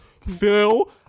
Phil